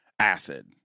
Acid